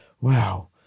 wow